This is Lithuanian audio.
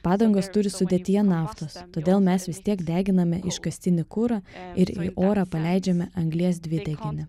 padangos turi sudėtyje naftos todėl mes vis tiek deginame iškastinį kurą ir į orą paleidžiame anglies dvideginį